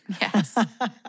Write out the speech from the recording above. Yes